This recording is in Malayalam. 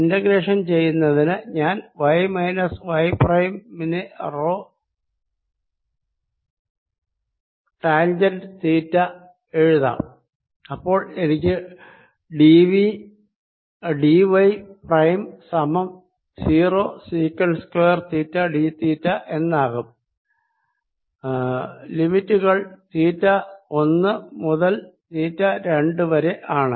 ഇന്റഗ്രേഷൻ ചെയ്യുന്നതിന് ഞാൻ y മൈനസ് y പ്രൈം നെ റോ ടാൻജെന്റ് തീറ്റ എന്ന് എഴുതാം അപ്പോൾ എനിക്ക് d y പ്രൈം സമം rho secant square theta d theta എന്നാകും ലിമിറ്റുകൾ തീറ്റ ഒന്ന് മുതൽ തീറ്റ രണ്ട് വരെ ആണ്